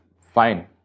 fine